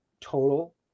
total